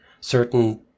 certain